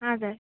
हजुर